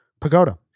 Pagoda